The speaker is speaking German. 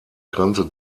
grenze